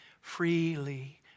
Freely